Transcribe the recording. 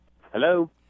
Hello